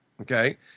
okay